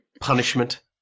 punishment